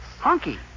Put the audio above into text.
Honky